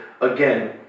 again